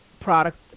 product